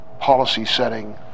policy-setting